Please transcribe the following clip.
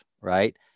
Right